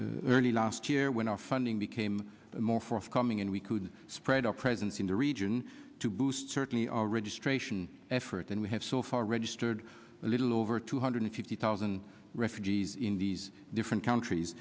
n early last year when our funding became more forthcoming and we could spread our presence in the region to boost certainly our registration efforts and we have so far registered a little over two hundred fifty thousand refugees in these different countries